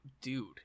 dude